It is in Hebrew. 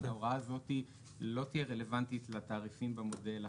ההוראה הזאת לא תהיה רלוונטית לתעריפים במודל החדש.